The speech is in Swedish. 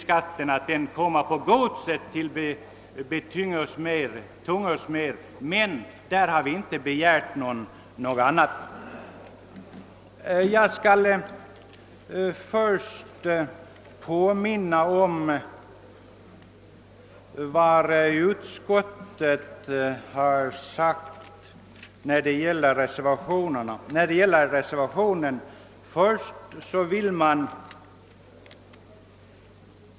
Mervärdeskatten kommer alltså att bli betungande för gotlänningarna även då det gäller godset, men vi har som sagt inte framfört några krav härvidlag. Jag skall be att få påminna om reservanternas och utskottets förslag.